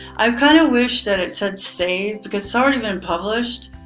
i kind of wish that it said save because it's already been published.